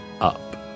up